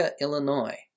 Illinois